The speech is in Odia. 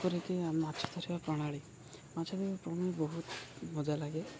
ଯେପରିକି ଆମ ମାଛ ଧରିବା ପ୍ରଣାଳୀ ମାଛ ବି ପ୍ରଣାଳୀ ବହୁତ ମଜା ଲାଗେ